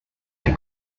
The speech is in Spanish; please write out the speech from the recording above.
que